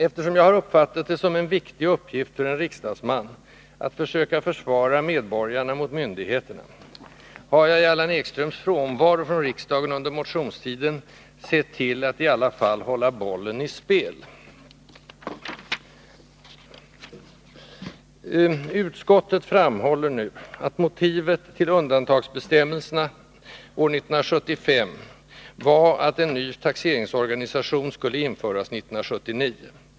Eftersom jag har uppfattat det som en viktig uppgift för en riksdagsman att försöka försvara medborgarna mot myndigheterna, har jag i Allan Ekströms frånvaro från riksdagen under motionstiden sett till att i varje fall hålla bollen i spel. Utskottet framhåller nu att motivet till undantagsbestämmelserna år 1975 var att en ny taxeringsorganisation skulle införas 1979.